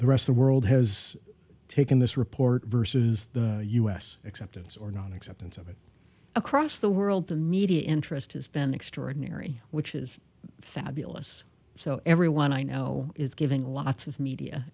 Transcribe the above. the rest the world has taken this report versus the u s acceptance or non acceptance of it across the world the media interest has been extraordinary which is fabulous so everyone i know is giving lots of media